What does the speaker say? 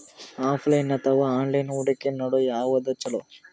Offline ಅಥವಾ online ಹೂಡಿಕೆ ನಡು ಯವಾದ ಛೊಲೊ?